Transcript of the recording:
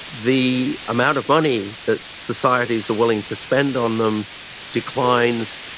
the amount of money that societies are willing to spend on them declines,